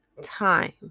Time